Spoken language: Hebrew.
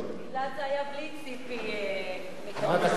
גלעד, זה היה בלי ציפי, חברת הכנסת,